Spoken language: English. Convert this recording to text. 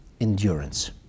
endurance